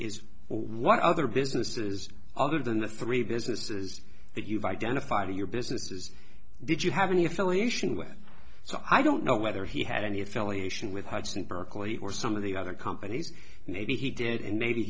is what other businesses other than the three businesses that you've identified are your businesses did you have any affiliation with so i don't know whether he had any affiliation with hudson berkeley or some of the other companies and maybe he did and maybe